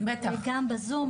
וגם בזום.